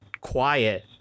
quiet